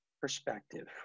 perspective